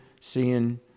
seeing